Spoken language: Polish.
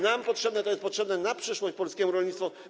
nam potrzebne, to jest potrzebne na przyszłość polskiemu rolnictwu.